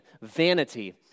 vanity